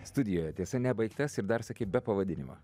studijoje tiesa nebaigtas ir dar sakei be pavadinimo